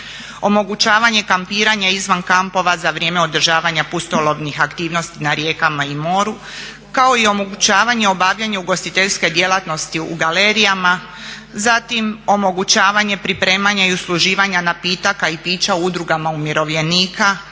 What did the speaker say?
Omogućavanje kampiranje izvan kampova za vrijeme održavanja pustolovnih aktivnosti na rijekama i moru kao i omogućavanje obavljanja ugostiteljske djelatnosti u galerijama. Zatim omogućavanje pripremanja i usluživanja napitaka i pića u udrugama umirovljenika